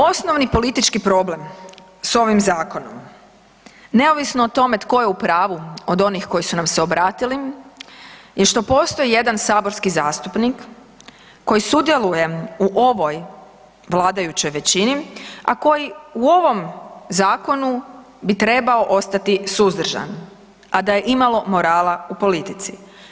Osnovni politički problem s ovim zakonom, neovisno o tome tko je u pravu od onih koji su nam se obratili je što postoji jedan saborski zastupnik koji sudjeluje u ovoj vladajućoj većini a koji u ovom zakonu bi trebao ostati suzdržan a da je imalo morala u politici.